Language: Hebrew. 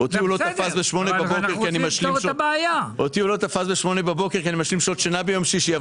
ואותי הוא לא תפס ב-8:00 בבוקר כי אני משלים שעות שינה ביום שישי.